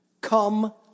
come